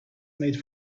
made